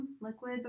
liquid